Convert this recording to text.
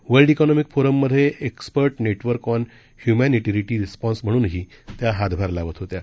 वर्ल्डइकॉनॉमिकफोरममध्येएक्सपर्टनेटवर्कऑनह्य्मॅनिटिरिटीरिस्पॉन्सम्हणूनहीत्याहातभार लावतहोत्या